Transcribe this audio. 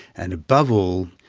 and above all,